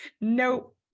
Nope